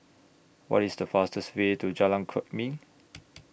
What IS The fastest Way to Jalan Kwok Min